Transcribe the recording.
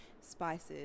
spices